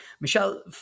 Michelle